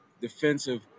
defensive